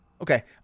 okay